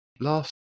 last